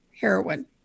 heroin